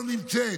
הממשלה לא נמצאת.